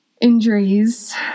injuries